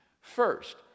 First